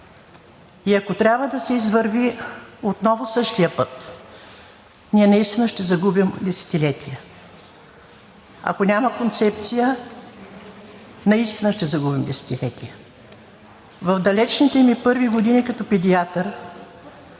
Ако трябва да се извърви отново същият път, ние наистина ще загубим десетилетия. Ако няма концепция, наистина ще загубим десетилетния. В далечните ми първи години като педиатър